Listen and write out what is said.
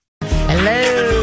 hello